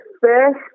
first